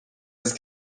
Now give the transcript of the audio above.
است